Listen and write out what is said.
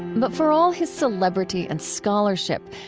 but for all his celebrity and scholarship,